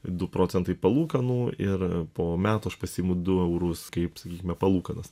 du procentai palūkanų ir po metų aš pasiimu du eurus kaip sakykime palūkanas